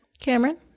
Cameron